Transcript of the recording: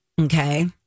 Okay